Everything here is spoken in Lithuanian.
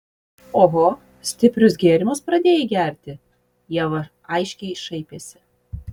oho stiprius gėrimus pradėjai gerti ieva aiškiai šaipėsi